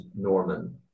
Norman